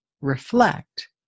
reflect